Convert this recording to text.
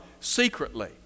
secretly